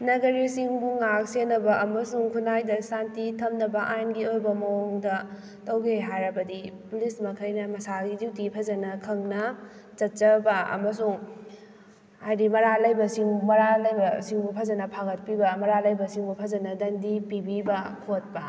ꯅꯥꯒꯔꯤꯛꯁꯤꯡꯕꯨ ꯉꯥꯛ ꯁꯦꯟꯅꯕ ꯑꯃꯁꯨꯡ ꯈꯨꯟꯅꯥꯏꯗ ꯁꯥꯟꯇꯤ ꯊꯝꯅꯕ ꯑꯥꯏꯟꯒꯤ ꯑꯣꯏꯕ ꯃꯑꯣꯡꯗ ꯇꯧꯒꯦ ꯍꯥꯏꯔꯕꯗꯤ ꯄꯨꯂꯤꯁ ꯃꯈꯩꯅ ꯃꯁꯥꯒꯤ ꯗ꯭ꯌꯨꯇꯤ ꯐꯖꯅ ꯈꯪꯅ ꯆꯠꯆꯔꯕ ꯑꯃꯁꯨꯡ ꯍꯥꯏꯗꯤ ꯃꯔꯥꯜ ꯂꯩꯕꯁꯤꯡ ꯃꯔꯥꯜ ꯂꯩꯕꯁꯤꯡꯕꯨ ꯐꯖꯅ ꯐꯥꯒꯠꯄꯤꯕ ꯃꯔꯥꯜ ꯂꯩꯕꯁꯤꯡꯕꯨ ꯐꯖꯅ ꯗꯟꯗꯤ ꯄꯤꯕꯤꯕ ꯈꯣꯠꯄ